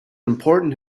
important